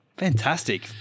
Fantastic